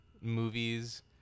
movies